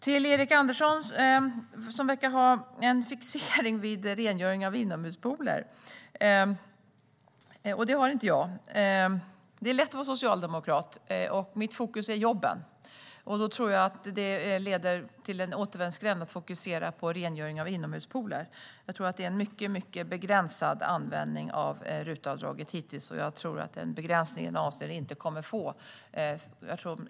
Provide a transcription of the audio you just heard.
Till Erik Andersson som verkar ha en fixering vid rengöring av inomhuspooler - det har inte jag - vill jag säga att det är lätt att vara socialdemokrat. Mitt fokus är jobben, och då tror jag att det leder till en återvändsgränd att fokusera på rengöring av inomhuspooler. Jag tror att det är en mycket begränsad del av RUT-avdraget som hittills har använts till detta, och jag tror att den användningen kommer att fortsätta vara begränsad.